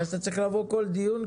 ואז אתה צריך לבוא כל דיון,